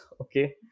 okay